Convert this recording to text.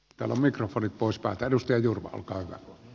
talo mikrofonit pois pääperuste jurva voisi tulla